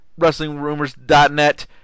wrestlingrumors.net